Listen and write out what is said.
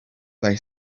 they